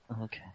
Okay